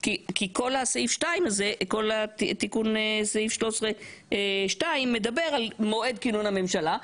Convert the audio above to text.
כי כל תיקון סעיף 13 מדבר על מועד כינון הממשלה.